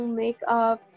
makeup